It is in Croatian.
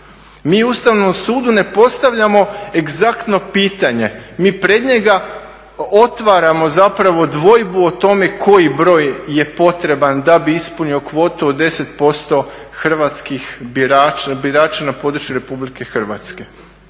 Mi Ustavnom sudu ne postavljamo egzaktno pitanje, mi pred njega otvaramo zapravo dvojbu o tome koji broj je potreban da bi ispunio kvotu od 10% hrvatskih birača, birača na području Republike Hrvatske.